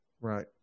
right